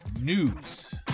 News